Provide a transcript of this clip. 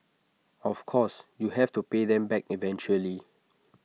of course you have to pay them back eventually